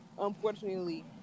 unfortunately